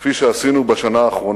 כפי שעשינו בשנה האחרונה.